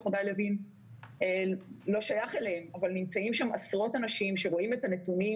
חגי לוין לא שייך אליהם אבל נמצאים שם עשרות אנשים שרואים את הנתונים